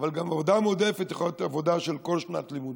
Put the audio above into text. אבל גם עבודה מועדפת יכולה להיות עבודה של כל שנת לימודים.